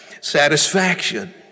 satisfaction